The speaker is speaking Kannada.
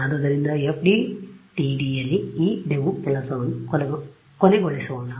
ಆದ್ದರಿಂದ FDTDಯಲ್ಲಿ ಈ ಡೆಮೊ ಕೆಲಸವನ್ನು ಕೊನೆಗೊಳಿಸೋಣ